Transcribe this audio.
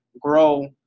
grow